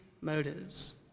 motives